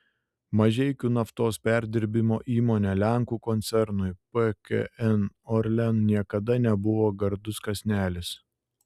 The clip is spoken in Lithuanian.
mažeikių naftos perdirbimo įmonė lenkų koncernui pkn orlen niekada nebuvo gardus kąsnelis